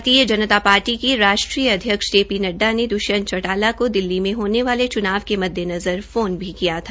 भारतीय जनता पार्टी के राष्ट्रीय अध्यक्ष जे पी नड्डा ने दृष्यंत चौटाला में होने वाले चूनाव के मद्देनज़र फोन भी किया था